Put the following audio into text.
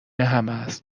همست